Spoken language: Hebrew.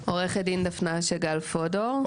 עורכת הדין דפנה שגל פודור,